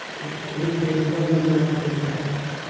in which case nobody is going to come to the campus.